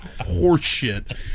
horseshit